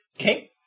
Okay